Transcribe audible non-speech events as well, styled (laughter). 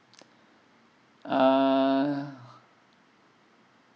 (noise) uh